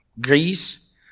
Greece